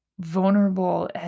vulnerable